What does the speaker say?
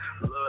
look